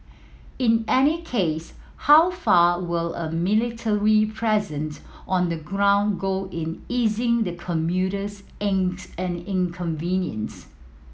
in any case how far will a military present on the ground go in easing the commuter's angst and inconvenience